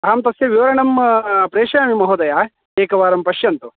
अहं तस्य विवरणं प्रेषयामि महोदयः एकवारं पश्यन्तु